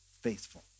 faithful